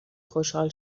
خوشحال